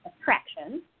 attraction